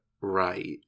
Right